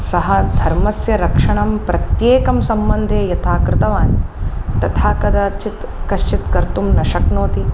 सः धर्मस्य रक्षणं प्रत्येकं सम्बन्धे यथा कृतवान् तथा कदाचित् कश्चित् कर्तुं न शक्नोति